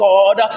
God